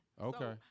okay